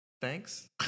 Thanks